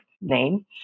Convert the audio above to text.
name